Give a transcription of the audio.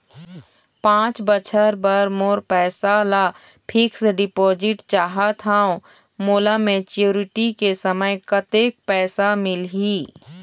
पांच बछर बर मोर पैसा ला फिक्स डिपोजिट चाहत हंव, मोला मैच्योरिटी के समय कतेक पैसा मिल ही?